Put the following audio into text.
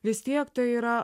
vis tiek tai yra